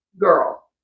girl